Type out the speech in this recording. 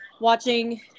watching